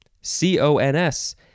C-O-N-S